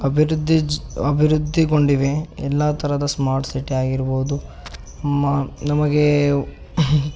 ಅಬಿವೃದ್ಧಿ ಅಬಿವೃದ್ಧಿಗೊಂಡಿವೆ ಎಲ್ಲ ಥರದ ಸ್ಮಾರ್ಟ್ ಸಿಟಿ ಆಗಿರ್ಬೋದು ಮ ನಮಗೆ